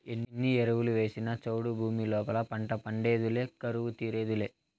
ఎన్ని ఎరువులు వేసినా చౌడు భూమి లోపల పంట పండేదులే కరువు తీరేదులే